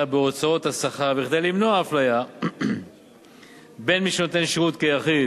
בהוצאות השכר כדי למנוע אפליה בין מי שנותן שירות כיחיד,